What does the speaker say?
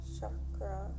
Chakra